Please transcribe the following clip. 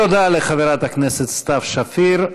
תודה לחברת הכנסת סתיו שפיר.